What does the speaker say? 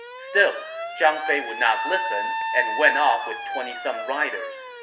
still, zhang fei would not listen and went off with twenty some riders.